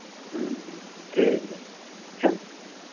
ᱦᱮᱸ ᱦᱮᱸ ᱴᱷᱤᱠ ᱜᱮᱭᱟ ᱦᱮᱸ